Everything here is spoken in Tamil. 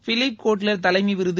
பிலிப் கோட்லெர் தலைமை விருது